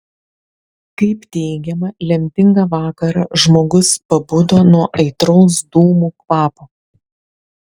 kaip teigiama lemtingą vakarą žmogus pabudo nuo aitraus dūmų kvapo